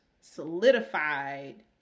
solidified